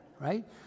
right